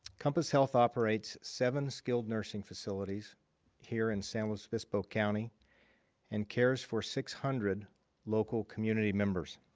compass health operates seven skilled nursing facilities here in san luis obispo county and cares for six hundred local community members.